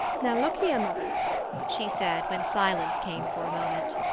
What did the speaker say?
now look here, mother she said, when silence came for a moment,